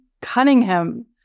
Cunningham